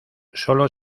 sólo